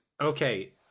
okay